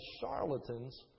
charlatans